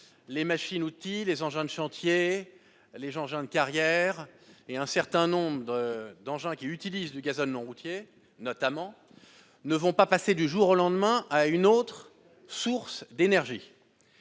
les machines-outils, les engins de chantier, les engins de carrière et un certain nombre d'autres véhicules fonctionnant au gazole non routier ne vont pas passer du jour au lendemain à une autre forme d'énergie.